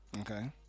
Okay